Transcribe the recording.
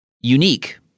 unique